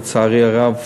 לצערי הרב,